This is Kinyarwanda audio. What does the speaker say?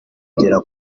kugera